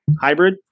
hybrid